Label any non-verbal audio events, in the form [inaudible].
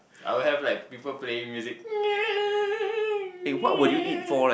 I will have like people playing music [noise]